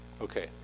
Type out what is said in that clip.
Okay